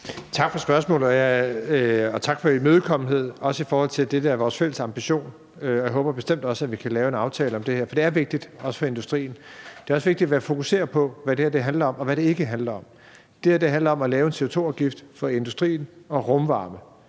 Tak for spørgsmålet, og tak for imødekommenheden, også i forhold til det, der er vores fælles ambition. Jeg håber bestemt også, at vi kan lave en aftale om det her, for det er vigtigt, også for industrien. Det er også vigtigt at være fokuseret på, hvad det her handler om, og hvad det ikke handler om. Det her handler om at lave en CO2-afgift for industrien og rumvarme.